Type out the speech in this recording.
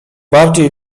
bardziej